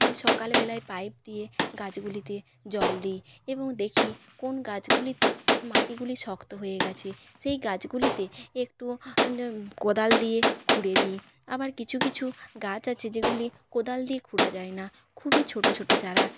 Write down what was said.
সকালবেলায় পাইপ দিয়ে গাছগুলিতে জল দিই এবং দেখি কোন গাছগুলিতে মাটিগুলি শক্ত হয়ে গেছে সেই গাছগুলিতে একটু কোদাল দিয়ে খুঁড়ে দিই আবার কিছু কিছু গাছ আছে যেগুলি কোদাল দিয়ে খোঁড়া যায় না খুবই ছোটো ছোটো চারা